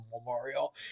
memorial